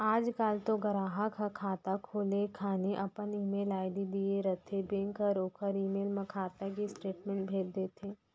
आज काल तो गराहक ह खाता खोले घानी अपन ईमेल आईडी दिए रथें बेंक हर ओकर ईमेल म खाता के स्टेटमेंट भेज देथे